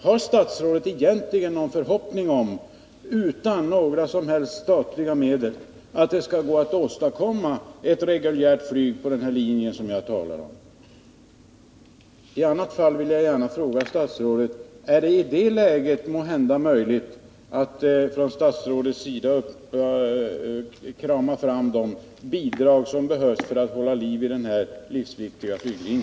Har statsrådet egentligen någon förhoppning om att det utan några som helst statliga medel skall bli möjligt att åstadkomma ett reguljärt flyg på den linje som jag talar om? Om det inte kan ske, är det då möjligt för statsrådet att krama fram de bidrag som behövs för att upprätthålla denna livsviktiga flyglinje?